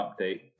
update